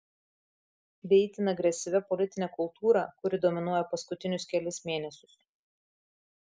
bei itin agresyvia politine kultūra kuri dominuoja paskutinius kelis mėnesius